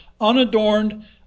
unadorned